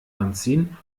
anziehen